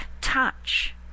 touch